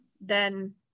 then-